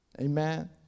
Amen